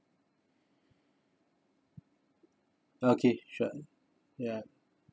okay sure ya